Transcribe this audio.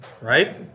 right